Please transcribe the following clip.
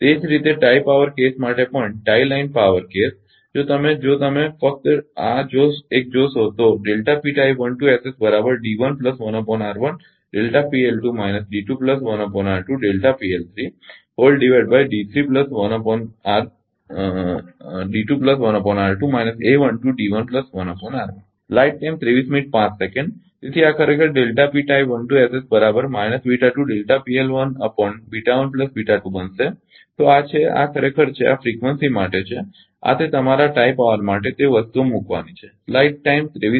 એ જ રીતે tie power case માટે પણ ટાઈ લાઇન પાવર કેસ જો તમે જો તમે ફ્કત આ એક જોશો તો તેથી આ ખરેખર બનશે તો આ છે આ ખરેખર છે આ ફ્રીકવંસી માટે છે અને આ તે તમારા ટાઇ પાવર માટે તે વસ્તુઓ મૂકવાની છે